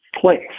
place